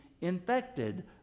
infected